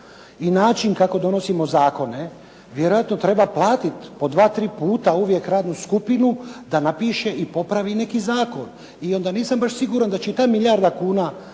i način kako donosimo zakone, vjerojatno treba platiti po dva, tri puta uvijek radnu skupinu da napiše i popravi neki zakon. I onda nisam baš siguran da će ta milijarda kuna